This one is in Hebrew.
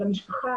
על המשפחה,